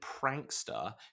prankster